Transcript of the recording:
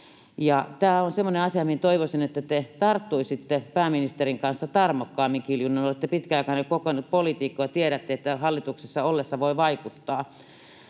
Tämä on semmoinen asia, mihin toivoisin, että te tarttuisitte pääministerin kanssa tarmokkaammin, Kiljunen. Olette pitkäaikainen, kokenut poliitikko ja tiedätte, että hallituksessa ollessa voi vaikuttaa